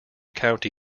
county